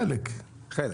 חלק...